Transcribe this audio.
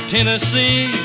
Tennessee